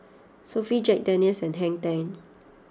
Sofy Jack Daniel's and Hang Ten